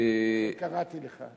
בגלל זה קראתי לך.